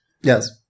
Yes